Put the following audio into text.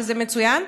שזה מצוין,